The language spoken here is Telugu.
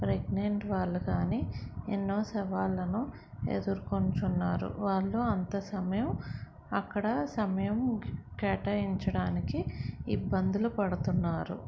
ప్రెగ్నెంట్ వాళ్ళు కానీ ఎన్నో సవాళ్ళను ఎదుర్కొంటున్నారు వాళ్ళు అంత సమయం అక్కడ సమయం కేటాయించడానికి ఇబ్బందులు పడుతున్నారు